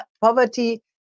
poverty